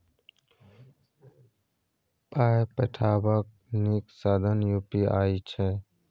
पाय पठेबाक नीक साधन यू.पी.आई छै